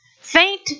faint